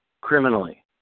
criminally